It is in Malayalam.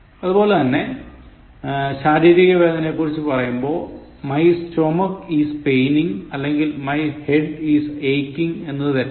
അതുപോലെ തന്നെ ശാരീരികവേദനയെക്കുറിച്ചു പറയുമ്പോൾ My stomach is paining അല്ലെങ്ങിൽ My head is aching എന്നത് തെറ്റാണ്